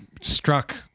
struck